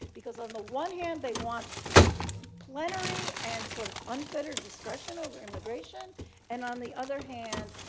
because on the one hand, they want plenary and sort of unfettered discretion over immigration and on the other hand,